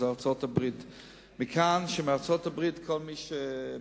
האם אדוני יוכל